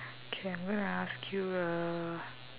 okay I'm gonna ask you a